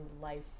life